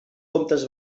comptes